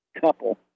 couple